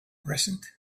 present